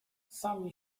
sami